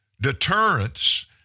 deterrence